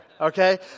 okay